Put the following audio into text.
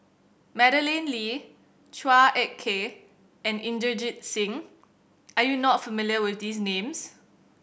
Madeleine Lee Chua Ek Kay and Inderjit Singh are you not familiar with these names